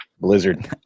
Blizzard